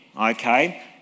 okay